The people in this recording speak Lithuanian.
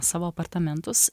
savo apartamentus